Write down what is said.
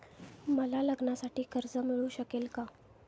मला लग्नासाठी कर्ज मिळू शकेल का?